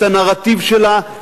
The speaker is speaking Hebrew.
את הנרטיב שלה,